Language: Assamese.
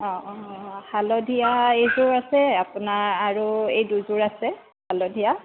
অ অ হালধীয়া এইযোৰ আছে আপোনাৰ আৰু এই দুযোৰ আছে হালধীয়া